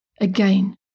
again